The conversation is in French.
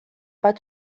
pas